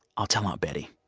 i'll tell aunt betty.